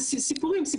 רגע,